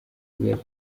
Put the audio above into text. ryari